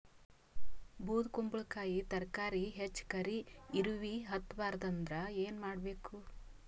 ಬೊದಕುಂಬಲಕಾಯಿ ತರಕಾರಿ ಹೆಚ್ಚ ಕರಿ ಇರವಿಹತ ಬಾರದು ಅಂದರ ಏನ ಮಾಡಬೇಕು?